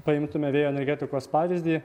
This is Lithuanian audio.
paimtume vėjo energetikos pavyzdį